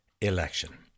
election